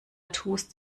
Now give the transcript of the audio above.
tust